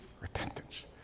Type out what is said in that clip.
repentance